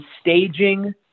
staging